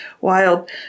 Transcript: wild